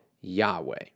Yahweh